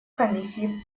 комиссии